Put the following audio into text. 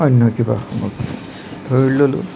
অন্য কিবা সামগ্ৰী ধৰি ল'লো